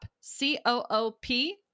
C-O-O-P